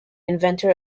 inventor